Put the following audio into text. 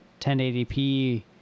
1080p